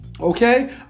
Okay